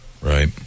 Right